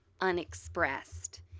unexpressed